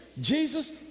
Jesus